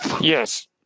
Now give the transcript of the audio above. Yes